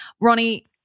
Ronnie